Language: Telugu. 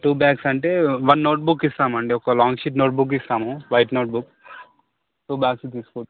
టూ బ్యాగ్స్ అంటే వన్ నోట్ బుక్ ఇస్తామండి ఒక లాంగ్ షీట్ నోట్ బుక్ ఇస్తాము white notebook two bags తీసుకుంటే